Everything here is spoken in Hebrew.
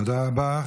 תודה רבה.